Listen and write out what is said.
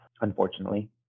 unfortunately